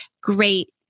great